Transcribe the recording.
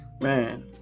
Man